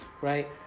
right